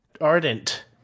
ardent